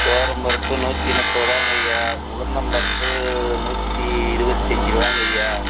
துவரம் பருப்பு நூற்றி முப்பது ருபாங்கய்யா உளுத்தம் பருப்பு நூற்றி இருபத்தஞ்சு ருபாங்கய்யா